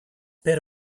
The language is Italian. per